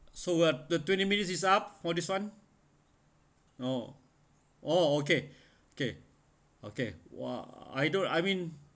so what the twenty minutes is up for this one oh oh okay okay okay !wah! I don't I mean